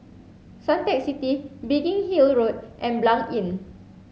Suntec City Biggin Hill Road and Blanc Inn